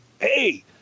Hey